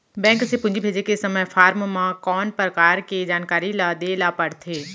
Bank से पूंजी भेजे के समय फॉर्म म कौन परकार के जानकारी ल दे ला पड़थे?